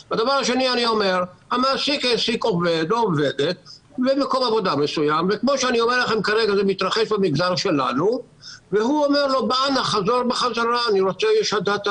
המעסיק העסיק עובדי או עובדת והוא רוצה להחזיר אותו לאחר חל"ת.